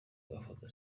agafoto